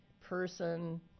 person